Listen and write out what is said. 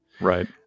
Right